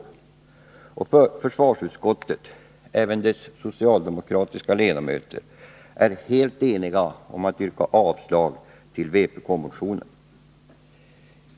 Nr 45 Försvarsutskottet, även dess socialdemokratiska ledamöter, är helt enigt om att avstyrka vpk-motionen.